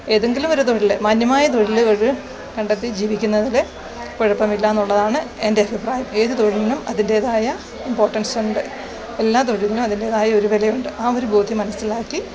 ഏതെങ്കിലും ഒരു തൊഴിൽ മാന്യമായ തൊഴിലുകൾ കണ്ടെത്തി ജീവിക്കുന്നതിൽ കുഴപ്പമില്ല എന്നുള്ളതാണ് എൻ്റെ അഭിപ്രായം ഏത് തൊഴിലിനും അതിൻറേതായ ഇമ്പോർട്ടൻസ് ഉണ്ട് എല്ലാ തൊഴിലിനും അതിൻറേതായൊരു വിലയുണ്ട് ആ ഒരു ബോധ്യം മനസ്സിലാക്കി